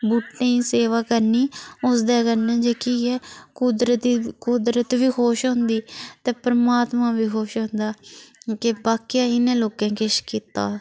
बूहटे दी सेवा करनी उसदे कन्नै जेह्की ऐ कुदरत कुदरत बी खुश होंदी ते परमात्मा बी खुश होंदा के बाकेआ इनें लोकें किश कीता